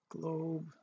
globe